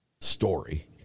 story